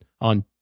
on